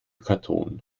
karton